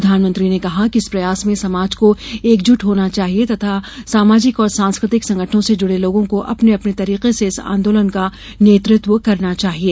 प्रधानमंत्री ने कहा कि इस प्रयास में समाज को एकजूट होना चाहिये तथा सामाजिक और सांस्कृतिक संगठनों से जुड़े लोगों को अपने अपने तरीके से इस आंदोलन का नेतृत्व करना चाहिये